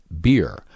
beer